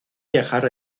viajar